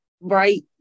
Right